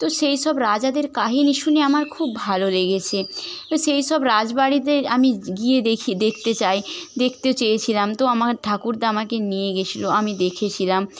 তো সেইসব রাজাদের কাহিনি শুনে আমার খুব ভালো লেগেছে সেইসব রাজবাড়িতে আমি গিয়ে দেখি দেখতে চাই দেখতে চেয়েছিলাম তো আমার ঠাকুরদা আমাকে নিয়ে গিয়েছিলো আমি দেখেছিলাম